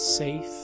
Safe